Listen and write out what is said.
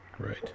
Right